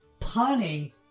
punny